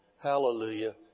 Hallelujah